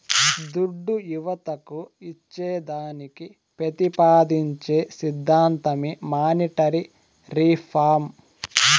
దుడ్డు యువతకు ఇచ్చేదానికి పెతిపాదించే సిద్ధాంతమే మానీటరీ రిఫార్మ్